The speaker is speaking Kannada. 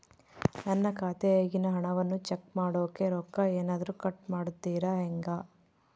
ನನ್ನ ಖಾತೆಯಾಗಿನ ಹಣವನ್ನು ಚೆಕ್ ಮಾಡೋಕೆ ರೊಕ್ಕ ಏನಾದರೂ ಕಟ್ ಮಾಡುತ್ತೇರಾ ಹೆಂಗೆ?